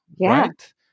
right